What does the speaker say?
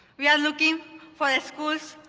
we are looking for the schools,